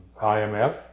IMF